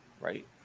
Right